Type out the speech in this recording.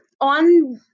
on